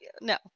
no